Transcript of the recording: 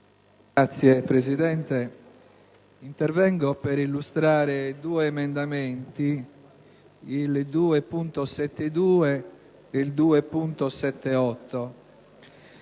Signora Presidente, intervengo per illustrare due emendamenti, il 2.72 e il 2.78.